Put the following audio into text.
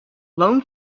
loan